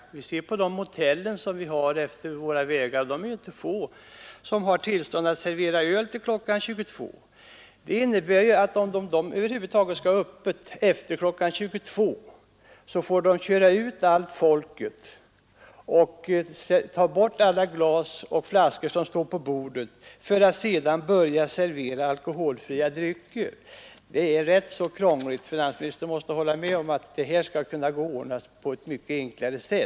Vi ser längs våra vägar många motell och de är ju inte få — som har tillstånd att servera öl till kl. 22.00. Det innebär att om de över huvud taget skall ha 2.00, måste de köra ut alla gäster och ta bort alla glas öppet efter kl. och flaskor från borden för att sedan börja servera alkoholfria drycker. Detta är rätt krångligt, och finansministern måste väl hålla med om att det bör kunna ordnas på ett mycket enklare sätt.